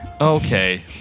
okay